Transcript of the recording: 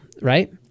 right